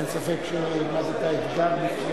אין ספק שהעמדת אתגר בפני